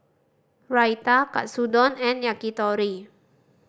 Raita Katsudon and Yakitori